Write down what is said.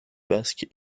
basque